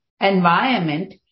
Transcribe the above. environment